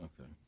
Okay